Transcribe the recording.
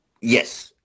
Yes